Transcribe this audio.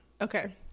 okay